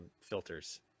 filters